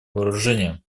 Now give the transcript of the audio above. вооружения